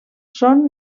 són